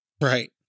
Right